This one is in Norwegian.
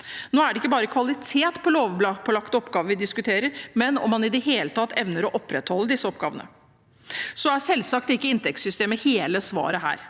Nå er det ikke bare kvalitet på lovpålagte oppgaver de diskuterer, men om man i det hele tatt evner å opprettholde disse oppgavene. Så er selvsagt ikke inntektssystemet hele svaret her,